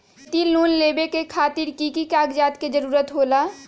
खेती लोन लेबे खातिर की की कागजात के जरूरत होला?